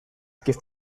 gift